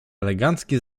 elegancki